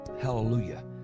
Hallelujah